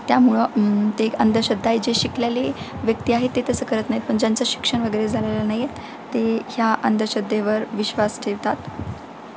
त्यामुळं ते अंधश्रद्धा आहे जे शिकलेले व्यक्ती आहे ते तसं करत नाहीत पण ज्यांचं शिक्षण वगैरे झालेलं नाहीत ते ह्या अंधश्रद्धेवर विश्वास ठेवतात